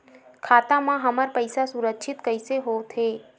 खाता मा हमर पईसा सुरक्षित कइसे हो थे?